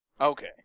Okay